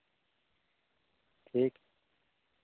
ᱴᱷᱤᱠ